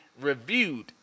reviewed